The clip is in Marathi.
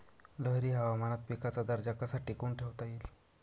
लहरी हवामानात पिकाचा दर्जा कसा टिकवून ठेवता येईल?